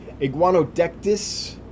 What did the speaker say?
Iguanodectus